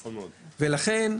ולכן,